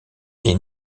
est